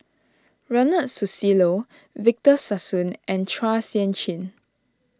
Ronald Susilo Victor Sassoon and Chua Sian Chin